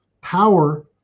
power